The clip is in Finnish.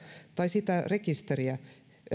tai rekisteriä